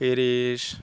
Paris